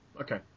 Okay